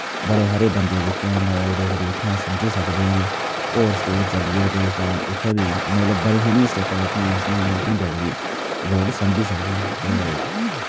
बड़े सारे बंदे जेह्के हैन ते ओह् डोगरी उत्थैं समझी सकदे न और स्टेट चली जाओ तुस तां उत्थै वी मतलब बड़ी सारियां स्टेटां जेह्कियां ऐसियां न जेह्की डोगरी लोक समझी सकदे ते